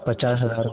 پچاس ہزار